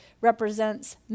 represents